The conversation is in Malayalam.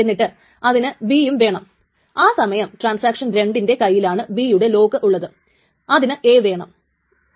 T എന്ന ട്രാൻസാക്ഷന്റെ ടൈംസ്റ്റാമ്പ് നേരത്തെ എഴുതിയ ട്രാൻസാക്ഷന്റെ ടൈംസ്റ്റാമ്പിനേക്കാൾ ചെറുതാണ്